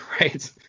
right